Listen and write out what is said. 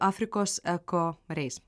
afrikos eko reis